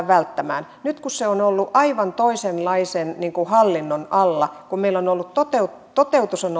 välttämään nyt se on ollut aivan toisenlaisen hallinnon alla kun meillä toteutus on